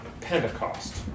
Pentecost